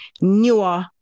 newer